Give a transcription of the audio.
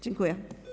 Dziękuję.